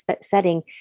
setting